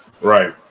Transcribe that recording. right